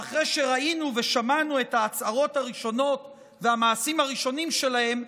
ואחרי שראינו ושמענו את ההצהרות הראשונות והמעשים הראשונים שלהם,